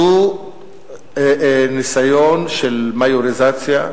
זה ניסיון של מיוריזציה,